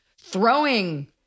throwing